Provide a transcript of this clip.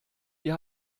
wir